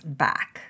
back